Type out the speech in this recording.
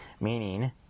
meaning